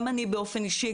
גם אני באופן אישי,